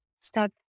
start